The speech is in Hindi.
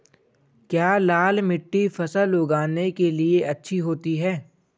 क्या लाल मिट्टी फसल उगाने के लिए अच्छी होती है?